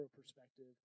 perspective